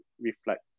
reflect